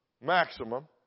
maximum